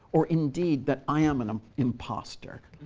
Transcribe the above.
or indeed that i am an um impostor,